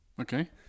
Okay